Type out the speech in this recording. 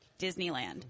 Disneyland